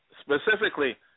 specifically